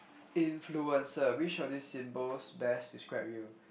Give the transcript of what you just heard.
influencer which of these symbols best describe you